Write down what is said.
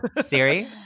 Siri